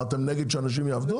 מה, אתם נגד שאנשים יעבדו?